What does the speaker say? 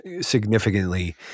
significantly